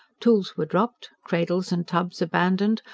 tools were dropped, cradles and tubs abandoned,